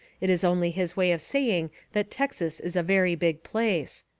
it is only his way of saying that texas is a very big place.